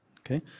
Okay